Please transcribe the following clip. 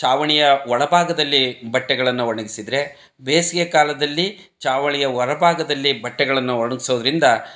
ಚಾವಣಿಯ ಒಳಭಾಗದಲ್ಲಿ ಬಟ್ಟೆಗಳನ್ನು ಒಣಗಿಸಿದ್ರೆ ಬೇಸಿಗೆ ಕಾಲದಲ್ಲಿ ಚಾವಣಿಯ ಹೊರಭಾಗದಲ್ಲಿ ಬಟ್ಟೆಗಳನ್ನು ಒಣಗಿಸೋದ್ರಿಂದ